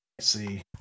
See